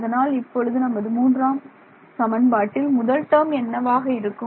அதனால் இப்பொழுது நமது மூன்றாம் சமன்பாட்டில் முதல் டேர்ம் என்னவாக இருக்கும்